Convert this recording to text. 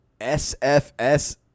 SFS